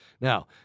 Now